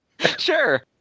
Sure